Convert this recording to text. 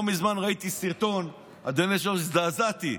לא מזמן ראיתי סרטון, אדוני היושב-ראש, הזדעזעתי.